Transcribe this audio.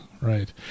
right